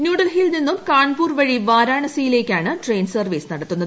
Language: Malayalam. ന്യൂഡൽഹിയിൽ നിന്നും കാൺപൂർ വഴി വാരാണസിയിലേക്കാണ് ട്രെയിൻ സർവ്വീസ് നടത്തുന്നത്